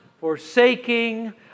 forsaking